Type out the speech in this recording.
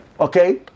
Okay